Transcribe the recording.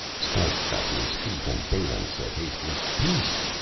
stark got to his feet, and balin said hastily, peace!